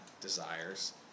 desires